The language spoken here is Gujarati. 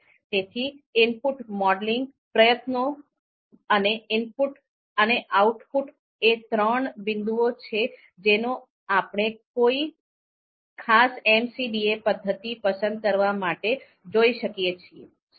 તેથી ઇનપુટ્સ મોડેલિંગ પ્રયત્નો અને આઉટપુટ એ ત્રણ બિંદુઓ છે જેનો આપણે કોઈ ખાસ MCDA પદ્ધતિ પસંદ કરવા માટે જોઈ શકીએ છીએ